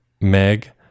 Meg